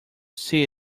see